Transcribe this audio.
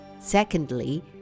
Secondly